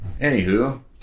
Anywho